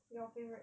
your favourite